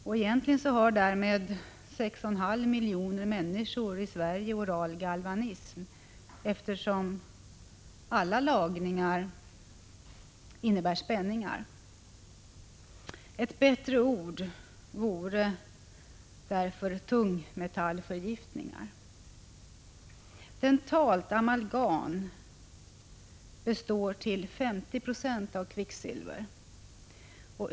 Och egentligen har därmed 6,5 miljoner människor i Sverige oral galvanism, eftersom alla lagningar innebär spänningar. Ett bättre ord vore därför tungmetallförgiftningar. Dentalt amalgam består till 50 96 av kvicksilver.